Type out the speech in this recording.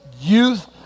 youth